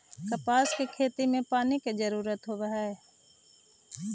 कपास के खेती में पानी के जरूरत होवऽ हई